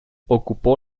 ocupó